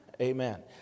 amen